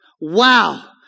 Wow